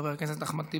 חבר הכנסת אחמד טיבי,